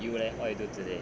you leh what you do today